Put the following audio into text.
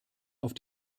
auf